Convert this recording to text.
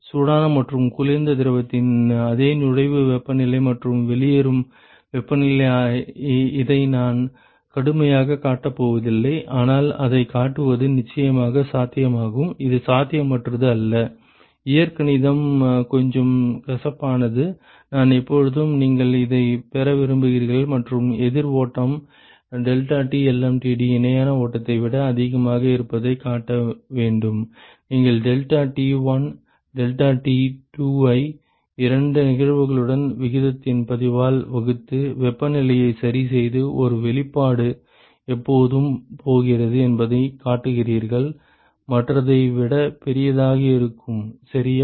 சூடான மற்றும் குளிர்ந்த திரவத்தின் அதே நுழைவு வெப்பநிலை மற்றும் வெளியேறும் வெப்பநிலை இதை நான் கடுமையாகக் காட்டப் போவதில்லை ஆனால் அதைக் காட்டுவது நிச்சயமாக சாத்தியமாகும் இது சாத்தியமற்றது அல்ல இயற்கணிதம் கொஞ்சம் கசப்பானது நான் எப்பொழுதும் நீங்கள் இதைப் பெற விரும்புகிறீர்கள் மற்றும் எதிர் ஓட்டம் deltaTlmtd இணையான ஓட்டத்தை விட அதிகமாக இருப்பதைக் காட்ட வேண்டும் நீங்கள் deltaT1 deltaT2 ஐ இரண்டு நிகழ்வுகளின் விகிதத்தின் பதிவால் வகுத்து வெப்பநிலையை சரிசெய்து ஒரு வெளிப்பாடு எப்போதும் போகிறது என்பதைக் காட்டுகிறீர்கள் மற்றதை விட பெரியதாக இருக்கும் சரியா